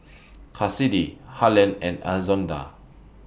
Cassidy Harland and Alonza